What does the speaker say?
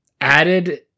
added